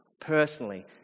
personally